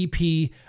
EP